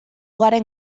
garen